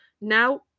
Now